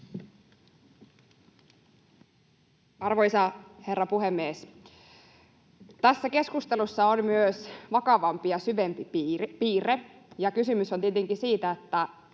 Arvoisa herra puhemies! Tässä keskustelussa on myös vakavampi ja syvempi piirre, ja kysymys on tietenkin siitä,